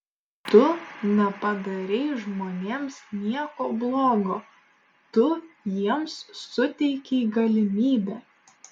tu nepadarei žmonėms nieko blogo tu jiems suteikei galimybę